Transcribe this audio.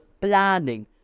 planning